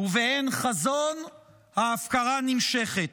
ובאין חזון, ההפקרה נמשכת.